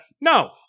No